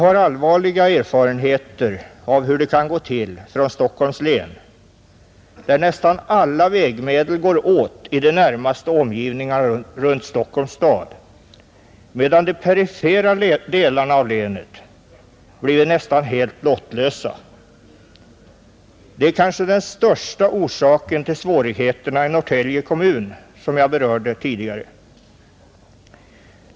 Allvarliga erfarenheter av hur det kan gå till har vi från Stockholms län, där nästan alla vägmedel går åt i de närmaste omgivningarna runt Stockholms stad, medan de perifera delarna av länet blivit nästan helt lottlösa. Det är kanske den största orsaken till svårigheterna i Norrtälje kommun som jag berörde tidigare.